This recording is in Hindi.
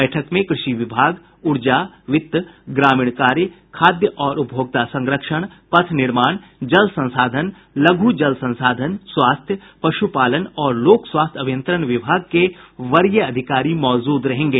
बैठक में कृषि विभाग ऊर्जा वित्त ग्रामीण कार्य खाद्य और उपभोक्ता संरक्षण पथ निर्माण जल संसाधन लघु जल संसाधन स्वास्थ्य पशुपालन और लोक स्वास्थ्य अभियंत्रण विभाग के वरीय अधिकारी मौजूद रहेंगे